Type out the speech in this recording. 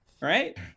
Right